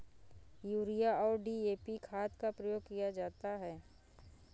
urea और DAP खाद का प्रयोग किया जाता है